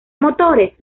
motores